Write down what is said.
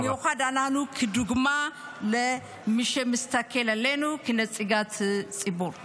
במיוחד אנחנו כדוגמה למי שמסתכל עלינו כנציגי ציבור.